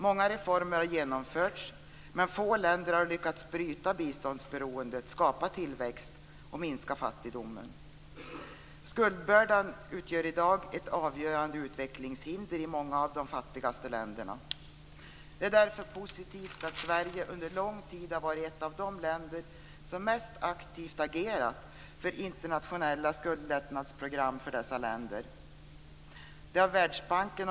Många reformer har genomförts, men få länder har lyckats bryta biståndsberoendet, skapa tillväxt och minska fattigdomen. Skuldbördan utgör i dag ett avgörande utvecklingshinder i många av de fattigaste länderna. Det är därför positivt att Sverige under lång tid har varit ett av de länder som mest aktivt agerat för internationella skuldlättnadsprogram för dessa länder.